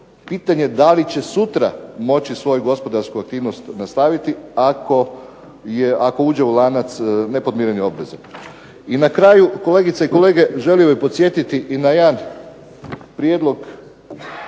pitanje je da li će sutra moći svoju gospodarsku aktivnost nastaviti ako uđe u lanac nepodmirenih obveza. I na kraju, kolegice i kolege, želio bih podsjetiti i na jedan prijedlog